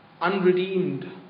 unredeemed